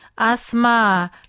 Asma